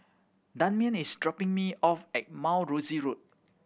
Damien is dropping me off at Mount Rosie Road